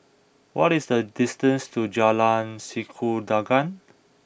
what is the distance to Jalan Sikudangan